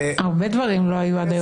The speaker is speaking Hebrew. -- הרבה דברים לא היו עד היום במדינת ישראל.